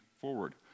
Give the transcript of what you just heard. forward